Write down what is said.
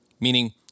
meaning